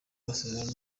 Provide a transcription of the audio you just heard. masezerano